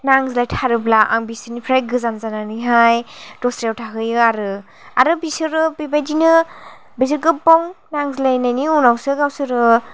नांज्लायथारोब्ला आं बिसिोरनिफ्राय गोजान जानानैहाय दस्रायाव थाहैयो आरो आरो बिसोरो बेबेबायदिनो बिसोर गोबाव नांज्लायनायनि उनावसो गावसोरो